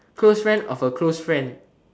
close friend of a close friend